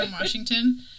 Washington